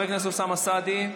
אוסאמה סעדי,